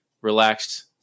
relaxed